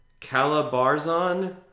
Calabarzon